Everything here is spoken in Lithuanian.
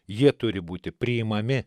jie turi būti priimami